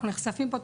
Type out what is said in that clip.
אנחנו נחשפים פה,